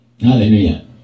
hallelujah